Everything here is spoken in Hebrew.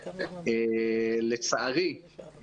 לצערי,